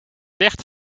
licht